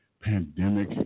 pandemic